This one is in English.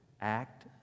act